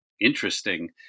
interesting